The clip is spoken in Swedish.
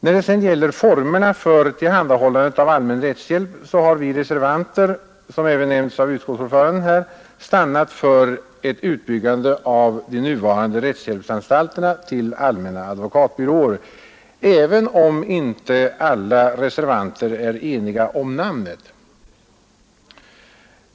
När det sedan gäller formerna för tillhandahållande av allmän rättshjälp har vi reservanter — som även nämnts av utskottsordföranden — stannat för ett utbyggande av de nuvarande rättshjälpsanstalterna till allmänna advokatbyråer, även om inte alla reservanter är eniga om namnet.